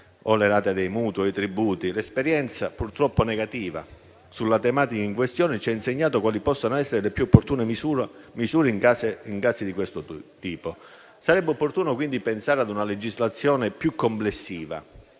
le rate dei mutui o i tributi. L'esperienza, purtroppo negativa, sulla tematica in questione ci ha insegnato quali possono essere le più opportune misure in casi di questo tipo. Sarebbe opportuno quindi pensare a una legislazione più complessiva